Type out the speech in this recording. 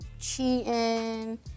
cheating